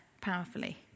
powerfully